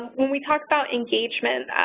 when we talk about engagement,